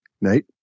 Nate